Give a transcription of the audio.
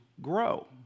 grow